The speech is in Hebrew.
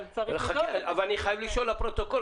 אבל צריך --- אבל אני חייב לשאול לפרוטוקול,